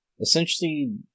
essentially